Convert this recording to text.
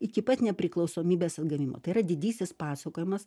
iki pat nepriklausomybės atgavimo tai yra didysis pasakojimas